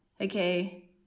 Okay